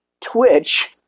Twitch